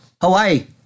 Hawaii